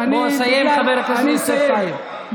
בוא, סיים, חבר הכנסת יוסף טייב.